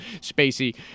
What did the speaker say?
Spacey